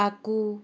काकू